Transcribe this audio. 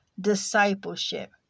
discipleship